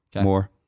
more